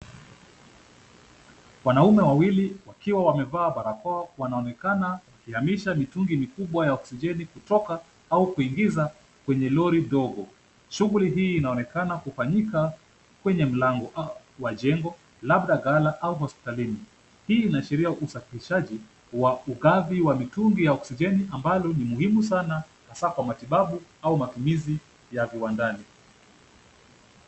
Wanaume wawili, wakiwa wamevaa barakoa wanaonekana wakihamisha mitungi mikubwa ya oksijeni kutoka, au kuingiza, kwenye lori ndogo. Shughuli hii inaonekana kifanyika, kwenye mlango wa jengo, labda ghala au hospitalini. Hii inaashiria usafirishaji, wa ugavi wa mitungi ya oksijeni ambayo ni muhimu sana hasaa kwa matibabu, au matumizi ya viwandani.